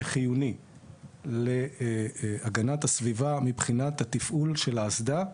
כחיוני להגנת הסביבה מבחינת התפעול של האסדה,